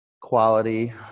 quality